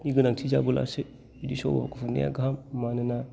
नि गोनांथि जाबोलासो बिदि सभानिखौ खुंनाया गाहाम मानोना